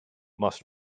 must